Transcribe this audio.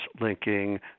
linking